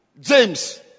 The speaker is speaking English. James